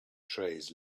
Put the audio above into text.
trays